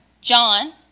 John